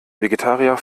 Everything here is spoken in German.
vegetarier